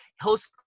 host